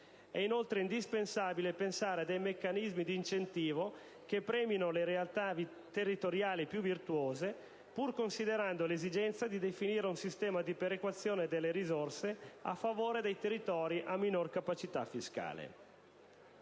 È inoltre indispensabile pensare a dei meccanismi di incentivo che premino le realtà territoriali più virtuose, pur considerando l'esigenza di definire un sistema di perequazione delle risorse a favore dei territori a minor capacità fiscale.